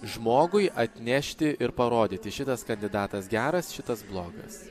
žmogui atnešti ir parodyti šitas kandidatas geras šitas blogas